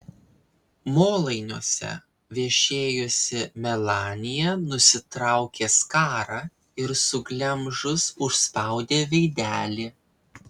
molainiuose viešėjusi melanija nusitraukė skarą ir suglemžus užspaudė veidelį